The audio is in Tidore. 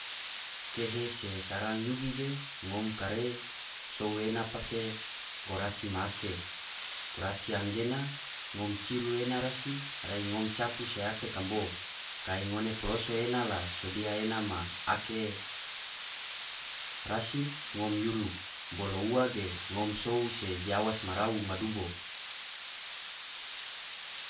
Kehe se sarang yuhi ge ngom kare sou ena pake goraci ma ake, goraci gena ngom ciru ena rasi rai ngom capu se ake kambo, rai ngone poloso ena la sodia ena ma ake rasi ngom yuru, bolo ua ge ngom sou se giawas marau ma dubo.